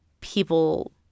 people